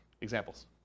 Examples